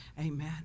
Amen